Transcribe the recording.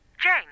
Jane